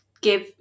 give